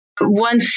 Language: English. one